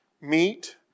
meat